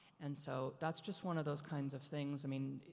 and so, that's just one of those kinds of things, i mean,